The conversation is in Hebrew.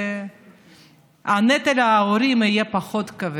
כך שהנטל על ההורים יהיה פחות כבד.